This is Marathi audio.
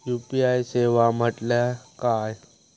यू.पी.आय सेवा म्हटल्या काय?